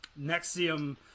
Nexium